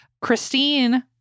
Christine